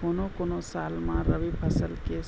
कोनो कोनो साल म रबी फसल के